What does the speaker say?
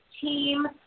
team